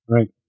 Right